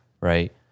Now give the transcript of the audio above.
right